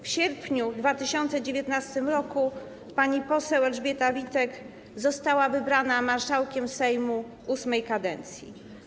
W sierpniu 2019 r. pani poseł Elżbieta Witek została wybrana na marszałka Sejmu VIII kadencji.